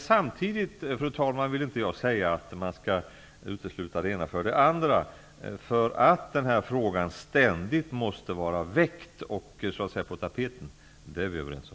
Samtidigt, fru talman, vill jag inte utesluta det ena för det andra. Denna fråga måste ständigt vara väckt och så att säga på tapeten. Det är vi överens om.